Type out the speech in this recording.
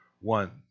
one